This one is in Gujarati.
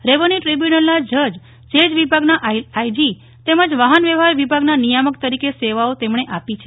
રેવન્યુ ટ્રીબ્યુનલના જજજેલ વિભાગના આઈજી તેમજ વાહનવ્યવહાર વિભાગના નિયામક તરીકે સેવાઓ આપી છે